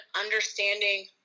understanding